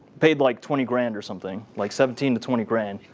paid like twenty grand or something, like seventeen to twenty grand.